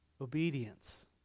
Obedience